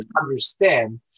understand